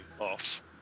off